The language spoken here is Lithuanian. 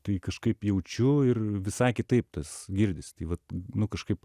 tai kažkaip jaučiu ir visai kitaip tas girdisi tai vat nu kažkaip